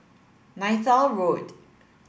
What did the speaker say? Neythal Road